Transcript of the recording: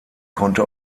konnte